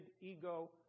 ego